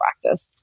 practice